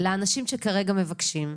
לאנשים שכרגע מבקשים.